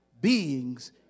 beings